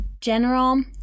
general